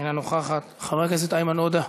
אינה נוכחת, חבר הכנסת איימן עודה,